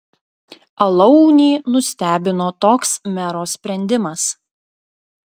alaunį nustebino toks mero sprendimas